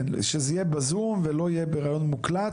כן שזה יהיה בזום ולא בראיון מוקלט,